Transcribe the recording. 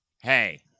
hey